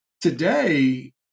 today